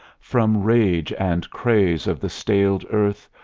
from rage and craze of the staled earth,